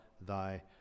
thy